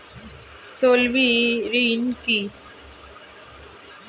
তলবি ঋন কি?